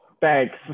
thanks